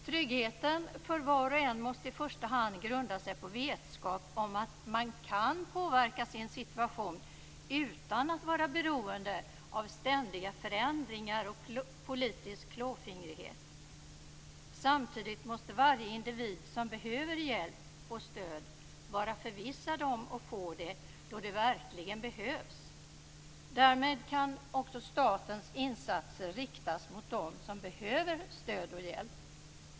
Tryggheten för var och en måste i första hand grunda sig på vetskap om att man kan påverka sin situation utan att vara beroende av ständiga förändringar och politisk klåfingrighet. Samtidigt måste varje individ som behöver hjälp och stöd vara förvissad om att få det då det verkligen behövs. Därmed kan statens insatser riktas mot dem som behöver stöd och hjälp.